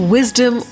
Wisdom